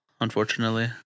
Unfortunately